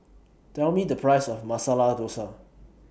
Tell Me The Price of Masala Dosa